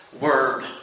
Word